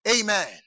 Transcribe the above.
Amen